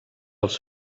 els